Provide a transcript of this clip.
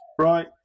Right